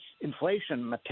inflation